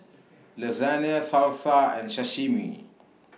Lasagne Salsa and Sashimi